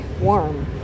warm